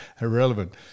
Irrelevant